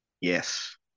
Yes